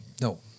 No